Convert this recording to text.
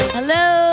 Hello